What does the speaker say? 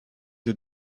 you